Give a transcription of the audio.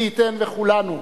מי ייתן וכולנו,